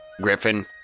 Griffin